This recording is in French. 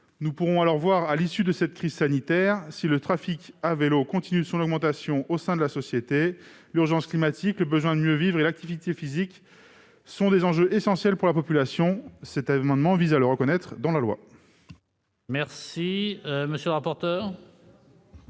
Nous pourrons alors voir, à l'issue de cette crise sanitaire, si la pratique du vélo continue sa progression au sein de la société. L'urgence climatique, le besoin de mieux vivre et l'activité physique sont des enjeux essentiels pour la population. Cet amendement vise à les faire reconnaître dans la loi. Quel est l'avis de